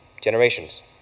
generations